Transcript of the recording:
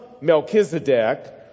Melchizedek